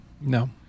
No